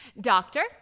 Doctor